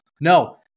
No